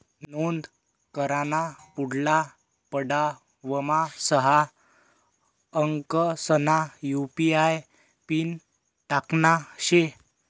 नोंद कराना पुढला पडावमा सहा अंकसना यु.पी.आय पिन टाकना शे